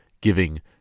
giving